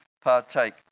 partake